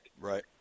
Right